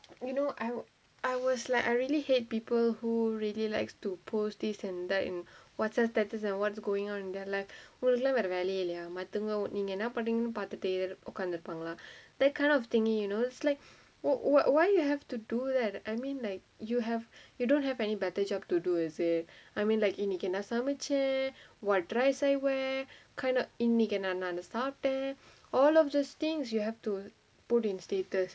you know I wa~ I was like I really hate people who really likes to post this and that in WhatsApp status and what's going on in their life ஒங்களுகெல்லா வேற வேலயே இல்லயா மத்தவங்க நீங்க என்ன பண்றீங்கன்னு பாத்துடே:ongalukellaa vera velayae illayaa mathavanga neenga enna pandringanu paathuttae ir~ உக்காந்து இருப்பாங்களா:ukkaanthu irupaangalaa that kind of thing you know it's like what what why you have to do that I mean like you have you don't have any better job to do is it I mean like இன்னிக்கி என்னா சமச்ச:innikku ennaa samacha what dress I wear kind of இன்னிக்கு என்ன நான்னு சாப்ட:innikku enna naanu saapta all of these things you have to put in status